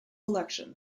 election